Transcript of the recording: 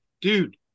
dude